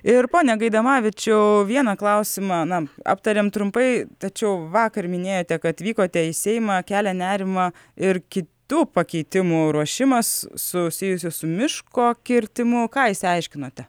ir pone gaidamavičiau vieną klausimą na aptarėm trumpai tačiau vakar minėjote kad vykote į seimą kelia nerimą ir kitų pakeitimų ruošimas susijusių su miško kirtimu ką išsiaiškinote